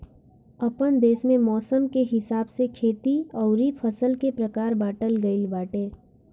आपन देस में मौसम के हिसाब से खेती अउरी फसल के प्रकार बाँटल गइल बाटे